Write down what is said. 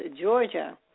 Georgia